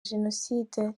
jenoside